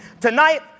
Tonight